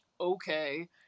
okay